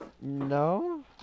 No